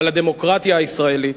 על הדמוקרטיה הישראלית.